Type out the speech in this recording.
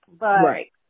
Right